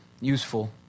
useful